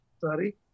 sorry